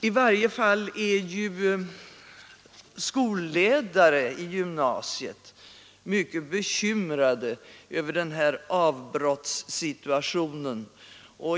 I varje fall är skolledare i gymnasiet mycket bekymrade över den här avbrottssituationen.